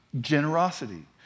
generosity